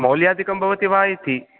मौल्याधिकं भवति वा इति